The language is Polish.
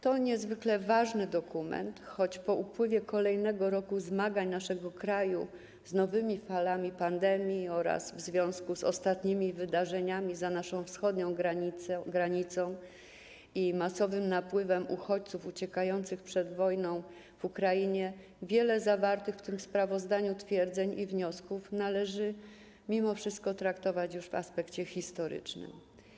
To niezwykle ważny dokument, choć po upływie kolejnego roku zmagań naszego kraju z nowymi falami pandemii oraz w związku z ostatnimi wydarzeniami za naszą wschodnią granicą i masowym napływem uchodźców uciekających przed wojną w Ukrainie wiele zawartych w tym sprawozdaniu twierdzeń i wniosków należy mimo wszystko traktować już w aspekcie historycznym.